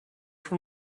from